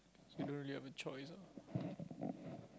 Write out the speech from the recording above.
she don't really have a choice ah